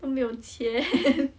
都没有钱